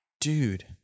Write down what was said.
dude